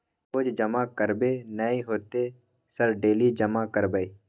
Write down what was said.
रोज जमा करबे नए होते सर डेली जमा करैबै?